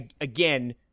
again